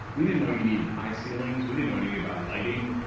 we didn't know you needed high ceilings. we didn't know anything about lighting.